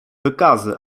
wykazy